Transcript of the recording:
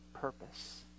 purpose